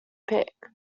pick